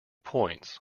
points